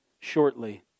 shortly